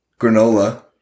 granola